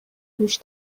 گوش